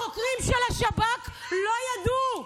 החוקרים של השב"כ לא ידעו.